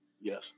Yes